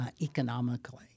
economically